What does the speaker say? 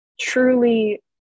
truly